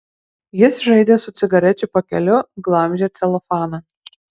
jis žaidė su cigarečių pakeliu glamžė celofaną